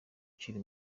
ukiri